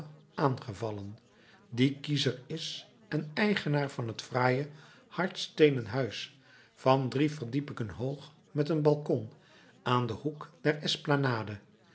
aangevallen die kiezer is en eigenaar van het fraaie hardsteenen huis van drie verdiepingen hoog met een balkon aan den hoek der